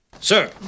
sir